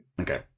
Okay